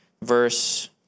verse